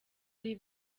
ari